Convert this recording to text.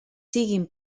siguin